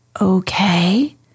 Okay